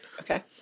Okay